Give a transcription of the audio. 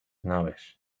naves